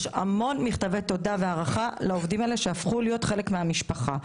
יש המון מכתבי תודה והערכה לעובדים האלה שהפכו להיות חלק מהמשפחה.